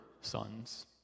sons